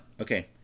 Okay